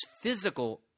physical